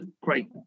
great